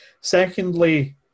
secondly